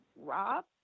Rob